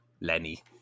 Lenny